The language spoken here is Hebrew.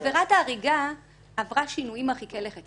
עבירת ההריגה עברה שינויים מרחיקי לכת.